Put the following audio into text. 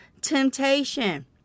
temptation